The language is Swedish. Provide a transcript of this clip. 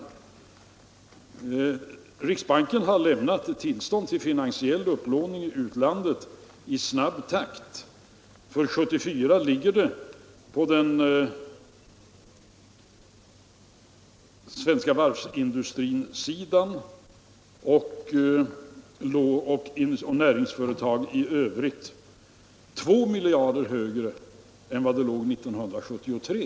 Riksbanken har givit tillstånd till upplåning i utlandet i snabb takt. För 1974 låg nivån för den svenska varvsindustrin och för övrig företagsamhet 2 miljarder högre än under 1973.